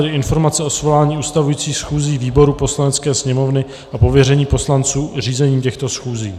Informace o svolání ustavujících schůzí výborů Poslanecké sněmovny a pověření poslanců řízením těchto schůzí